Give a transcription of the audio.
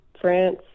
france